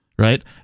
Right